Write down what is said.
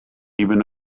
even